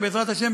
בעזרת השם,